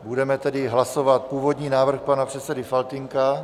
Budeme tedy hlasovat původní návrh pana předsedy Faltýnka.